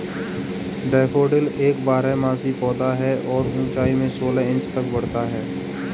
daffodil एक बारहमासी पौधा है और ऊंचाई में सोलह इंच तक बढ़ता है